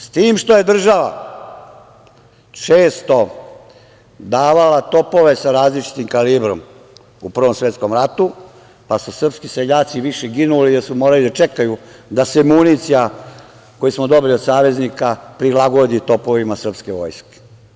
S tim što je država često davala topove sa različitim kalibrom u Prvom svetskom ratu, pa su srpski seljaci više ginuli jer su morali da čekaju da se municija koju smo dobili od saveznika prilagodi topovima srpske vojske.